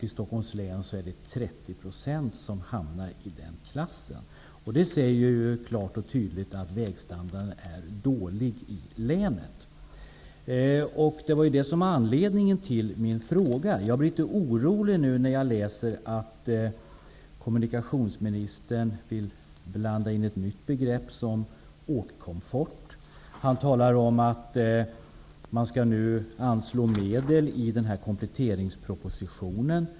I Stockholms län är det 30 % som hamnar i den klassen. Detta visar klart och tydligt att vägstandarden i länet är dålig. Det var denna statistik som var anledningen till min fråga. Jag blir nu litet orolig när jag läser att kommunikationsministern vill blanda in ett nytt begrepp som åkkomfort. Han talar om att man nu skall anslå medel i kompletteringspropositionen.